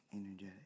Energetic